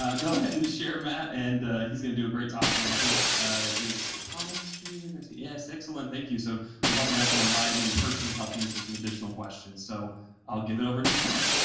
ah go ahead and share matt, and he's going to do a great talk. and i think is thomas here? do i see him? yes, excellent. thank you. so we've also got someone live in person to help answer some additional questions. so i'll give it over to matt.